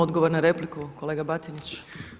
Odgovor na repliku kolega Batinić.